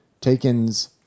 takens